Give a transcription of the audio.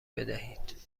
بدهید